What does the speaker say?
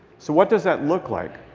so what does that look like?